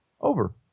Over